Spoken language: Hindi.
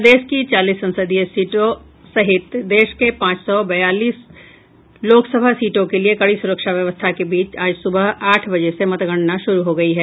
प्रदेश की चालीस संसदीय सीटों सहित देश के पांच सौ बयालीस लोकसभा सीटों के लिए कड़ी सुरक्षा व्यवस्था के बीच आज सुबह आठ बजे से मतगणना शुरू हो गयी है